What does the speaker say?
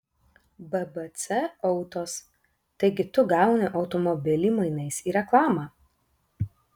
bbc autos taigi tu gauni automobilį mainais į reklamą